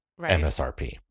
MSRP